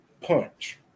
punch